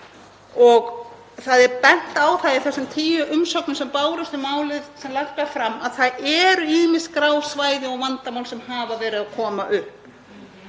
var á það, í þessum tíu umsögnum sem bárust um málið sem lagt var fram, að það eru ýmis grá svæði og vandamál sem hafa verið að koma upp.